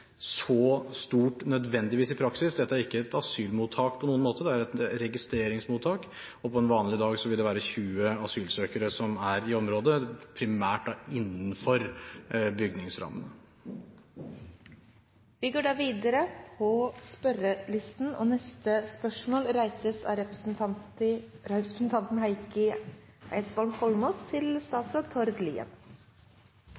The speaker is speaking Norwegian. så stort i praksis. Dette er ikke asylmottak på noen måte, det er et registeringsmottak. På en vanlig dag vil det være 20 asylsøkere i området – primært innenfor bygningsrammen. Dette spørsmålet, fra representanten Ingunn Gjerstad til olje- og energiministeren, blir tatt opp av Heikki Eidsvoll Holmås. Etter siste ukers hendelser hadde det vært fristende å stille spørsmål til